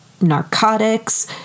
narcotics